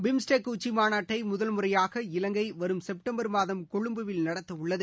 BIMSTEC உச்சிமாநாட்டை முதல் முறையாக இலங்கை வரும் செப்டம்பர் மாதம் கொழும்புவில் நடத்தவுள்ளது